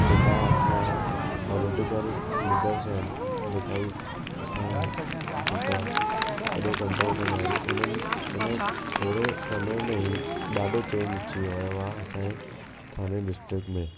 जेका असांजा political leaders आहिनि जेका बि असांजा जेका सॼो कंट्रोल कंदा आहिनि उन्हनि इन थोरे समय में ई ॾाढो चेंज अची वियो आहे असांजे थाने डिस्ट्रिक्ट में